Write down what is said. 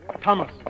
Thomas